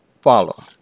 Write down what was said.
follow